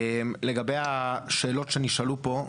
לגבי השאלות שנשאלו פה.